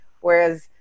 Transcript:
Whereas